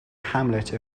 hamlet